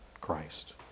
Christ